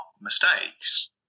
mistakes